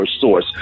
source